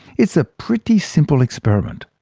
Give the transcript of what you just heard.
it's a pretty simple experiment.